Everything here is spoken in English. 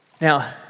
Now